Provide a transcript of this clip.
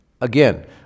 Again